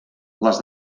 les